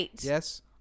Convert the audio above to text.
Yes